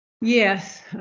Yes